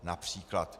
Například.